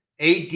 AD